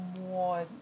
more